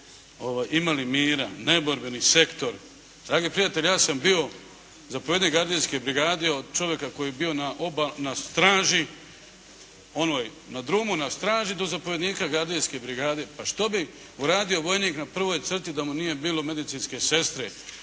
imali mira. Neborbeni sektor. Dragi prijatelji, ja sam bio zapovjednik gardijske brigade od čovjeka koji je bio na straži onoj, na drumu na straži do zapovjednika gardijske brigade. Pa što bi uradio vojnik na prvoj crti da mu nije bilo medicinske sestre,